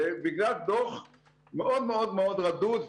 ובגלל דוח מאוד מאוד רדוד,